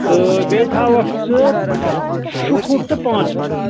تہٕ بیٚیہِ تھاوَکھ ژٕ شُو فُٹ تہٕ پٲنٛژھ فُٹ